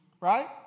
Right